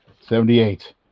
Seventy-eight